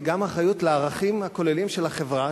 היא גם אחריות לערכים הכוללים של החברה,